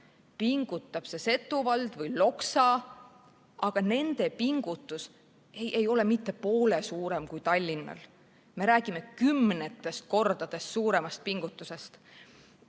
Pingutab Setomaa vald ja pingutab Loksa, aga nende pingutus ei ole mitte poole suurem kui Tallinnal. Me räägime kümnetes kordades suuremast pingutusest.